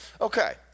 Okay